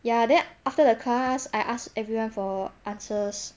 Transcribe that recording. ya then after the class I ask everyone for answers